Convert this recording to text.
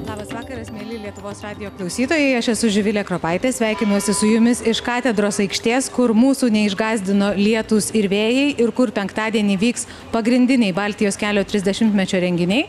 labas vakaras mieli lietuvos radijo klausytojai aš esu živilė kropaitė sveikinuosi su jumis iš katedros aikštės kur mūsų neišgąsdino lietūs ir vėjai ir kur penktadienį vyks pagrindiniai baltijos kelio trisdešimtmečio renginiai